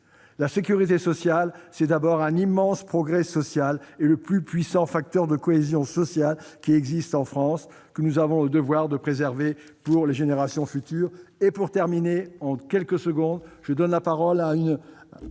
La sécurité sociale, [...] c'est d'abord un immense progrès social et le plus puissant facteur de cohésion sociale qui existe en France et que nous avons le devoir de préserver pour les générations futures. » Pour conclure, je laisse la parole à une